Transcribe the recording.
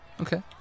Okay